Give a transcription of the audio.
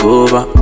over